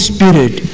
Spirit